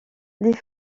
les